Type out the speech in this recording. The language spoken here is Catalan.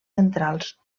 centrals